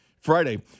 Friday